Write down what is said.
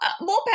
more